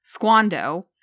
Squando